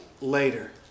later